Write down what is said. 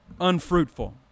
unfruitful